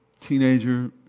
teenager